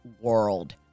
world